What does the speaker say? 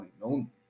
known